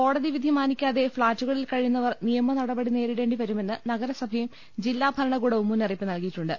കോടതിവിധി മാനി ക്കാതെ ഫ്ളാറ്റുകളിൽ കഴിയുന്നവർ നിയമനടപടി നേരിടേണ്ടിവ രുമെന്ന് നഗരസഭയും ജില്ലാഭരണകൂടവും മുന്നറിയിപ്പ് നൽകിയി ട്ടുണ്ട്